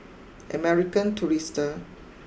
American Tourister